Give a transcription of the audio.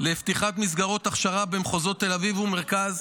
לפתיחת מסגרות הכשרה במחוזות תל אביב ומרכז,